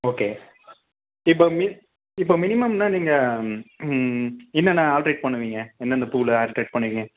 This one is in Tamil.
ஓகே இப்போ மி இப்போ மினிமம்னால் நீங்கள் என்னென்ன ஆல்ட்ரேட் பண்ணுவீங்க எந்தெந்த பூவில் ஆல்ட்ரேட் பண்ணுவீங்க